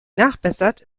nachbessert